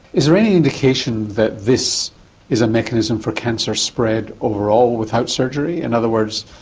is there any indication that this is a mechanism for cancer spread overall without surgery? in other words,